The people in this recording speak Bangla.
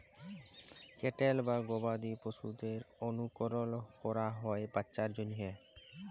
ক্যাটেল বা গবাদি পশুদের অলুকরল ক্যরা হ্যয় বাচ্চার জ্যনহে